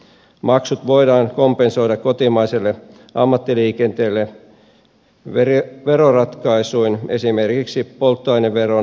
maksut voidaan kompensoida kotimaiselle ammattiliikenteelle veroratkaisuin esimerkiksi polttoaineveron palautusjärjestelmällä